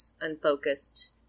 unfocused